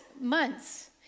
months